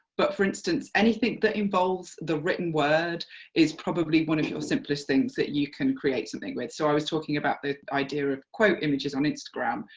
but for instance, anything that involves the written word is probably one of your simplest things that you can create something with, so i was talking about the idea of quote images on instagram,